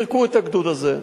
פירקו את הגדוד הזה.